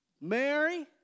Mary